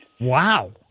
Wow